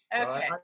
Okay